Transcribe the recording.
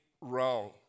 wrong